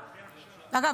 אגב,